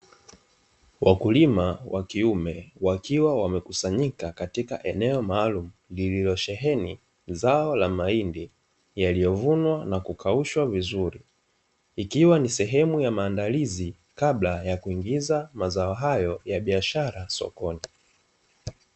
Wakulima wa kiume wakiwa wamekusanyika katika eneo maalumu lililosheheni zao mahindi yaliyovunwa na kukaushwa vizuri, ikiwa ni sehemu ya maandalizi kabla ya kuingiza mazao hayo ya biashara sokoni.